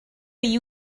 you